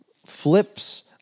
flips